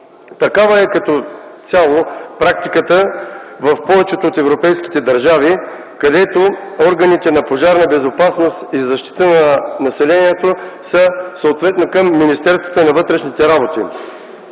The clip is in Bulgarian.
Такава е като цяло практиката в повечето от европейските държави, където органите за пожарна безопасност и за защита на населението са съответно към министерствата на вътрешните работи.